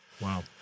Wow